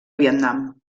vietnam